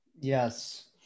yes